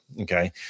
Okay